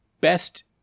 best